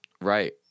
Right